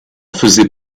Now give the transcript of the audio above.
faisait